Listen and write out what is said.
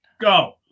go